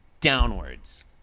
downwards